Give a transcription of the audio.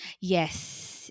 Yes